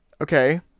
Okay